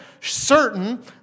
certain